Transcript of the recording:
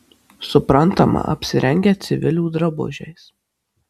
suprantama apsirengę civilių drabužiais